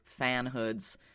fanhoods